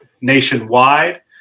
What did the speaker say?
nationwide